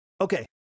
Okay